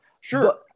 Sure